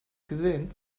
gesehen